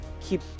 keep